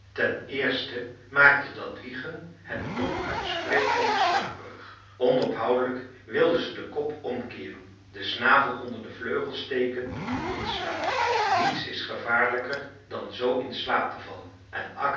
ten eerste maakte dat wiegen hen onuitsprekelijk slaperig onophoudelijk wilden ze den kop omkeeren den snavel onder de vleugels steken en inslapen niets is gevaarlijker dan zoo in slaap te vallen en akka